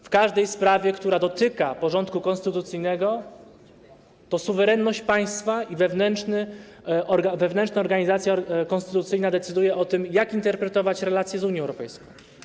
W każdej sprawie, która dotyka porządku konstytucyjnego, to suwerenność państwa i wewnętrzna organizacja konstytucyjna decydują o tym, jak interpretować relacje z Unią Europejską.